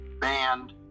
band